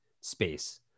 space